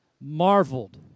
marveled